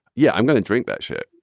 yeah, i'm going to drink that shit